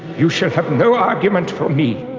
you shall have no argument from me.